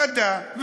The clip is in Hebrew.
חדה,